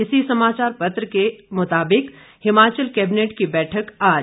इसी समाचार पत्र के मुताबिक हिमाचल कैबिनेट की बैठक आज